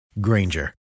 Granger